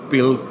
Bill